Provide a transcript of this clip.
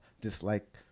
dislike